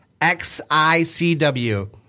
XICW